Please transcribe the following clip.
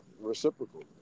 Reciprocal